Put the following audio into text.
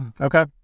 Okay